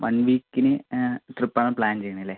one വീക്കിന് ട്രിപ്പാണ് plan ചെയ്യുന്നത് അല്ലേ